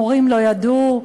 מורים לא ידעו,